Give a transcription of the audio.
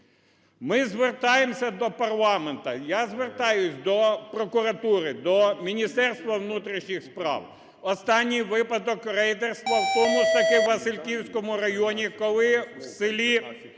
Ми звертаємося до парламенту, я звертаюся до прокуратури, до Міністерства внутрішніх справ. Останній випадок рейдерства в тому ж таки Васильківському районі, коли в селі